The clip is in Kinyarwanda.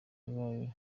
mubayo